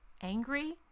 angry